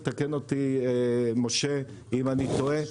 תקן אותי משה אם אני טועה.